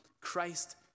Christ